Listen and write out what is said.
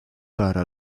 para